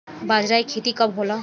बजरा के खेती कब होला?